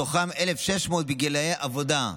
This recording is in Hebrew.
מתוכם 1,300 בגילי עבודה,